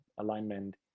alignment